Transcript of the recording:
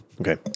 Okay